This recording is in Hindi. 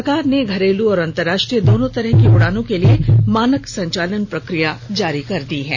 सरकार ने घरेलू और अंतर्राष्ट्रीय दोनों तरह की उड़ानों के लिए मानक संचालन प्रक्रिया जारी कर दी है